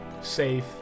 safe